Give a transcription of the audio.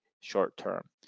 short-term